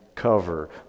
cover